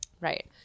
Right